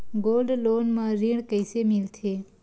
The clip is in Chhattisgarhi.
गोल्ड लोन म ऋण कइसे मिलथे?